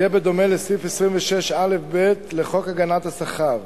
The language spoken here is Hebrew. יהיה דומה לסעיף 26א(ב) לחוק הגנת השכר,